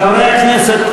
חברי הכנסת,